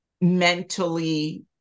mentally